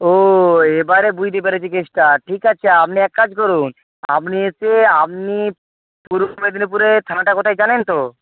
ও এবারে বুঝতে পেরেছি কেসটা ঠিক আছে আপনি এক কাজ করুন আপনি এসে আপনি পূর্ব মেদিনীপুরে থানাটা কোথায় জানেন তো